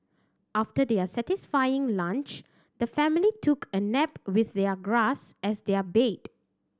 after their satisfying lunch the family took a nap with their grass as their bed